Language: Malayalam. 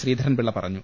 ശ്രീധരൻപിള്ള പറഞ്ഞു